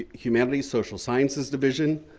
humanity social sciences division,